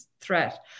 threat